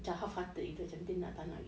macam half-hearted gitu macam dia nak tak nak gitu